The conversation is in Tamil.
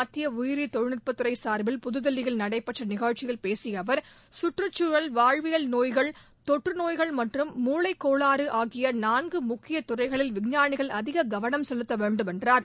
மத்திய உயிரி தொழில்நுட்ப துறை சார்பில் புதுதில்லியில் நடைபெற்ற நிகழ்ச்சியில் பேசிய அவர் சுற்றுச்சூழல் வாழ்வியல் நோய்கள் தொற்று நோய்கள் மற்றும் மூளை கோளாறு ஆகிய நான்கு முக்கிய துறைகளில் விஞ்ஞானிகள் அதிகம் கவனம் செலுத்த வேண்டும் என்றார்